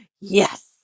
yes